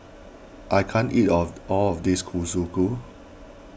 I can't eat of all of this Kalguksu